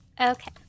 Okay